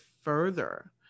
further